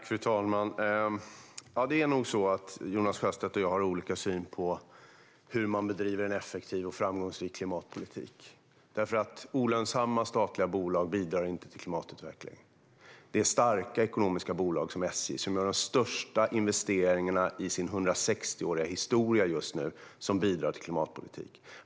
Fru talman! Det är nog så att Jonas Sjöstedt och jag har olika syn på hur man bedriver en effektiv och framgångsrik klimatpolitik. Olönsamma statliga bolag bidrar inte till klimatutveckling. Det är ekonomiskt starka bolag som SJ, som gör de största investeringarna i sin 160-åriga historia just nu, som bidrar till klimatpolitiken.